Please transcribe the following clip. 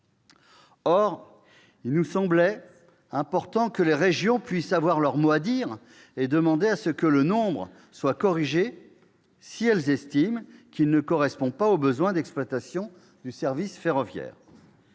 Or il nous semblait important que les régions puissent avoir leur mot à dire et demander que ce nombre soit corrigé si elles estiment qu'il ne correspond pas aux besoins d'exploitation du service ferroviaire.